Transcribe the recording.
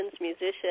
musician